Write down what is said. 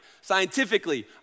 scientifically